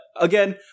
Again